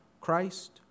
Christ